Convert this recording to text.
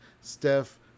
Steph